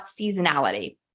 seasonality